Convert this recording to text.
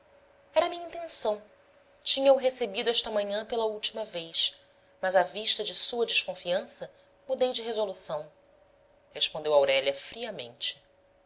homem era minha intenção tinha-o recebido esta manhã pela última vez mas à vista de sua desconfiança mudei de resolução respondeu aurélia friamente